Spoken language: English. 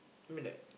I mean like